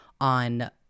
on